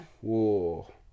Whoa